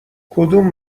کدوم